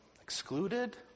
Excluded